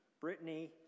Brittany